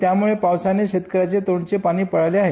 त्यामुळे पावसाने शेतकऱ्यांचे तोंडचे पाणी पळाले आहे